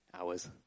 hours